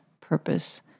purpose